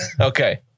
Okay